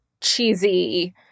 cheesy